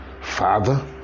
Father